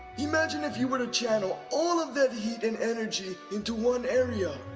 imagine if you were to channel all of that heat and energy into one area.